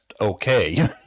okay